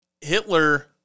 Hitler